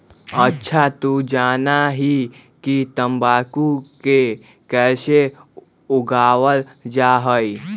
अच्छा तू जाना हीं कि तंबाकू के कैसे उगावल जा हई?